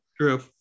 True